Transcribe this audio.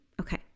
Okay